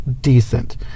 decent